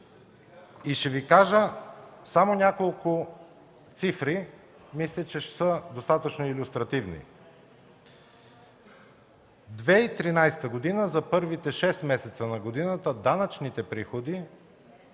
Ще Ви кажа само няколко цифри, мисля, че ще са достатъчно илюстрационни. През 2013 г. за първите шест месеца на годината данъчните приходи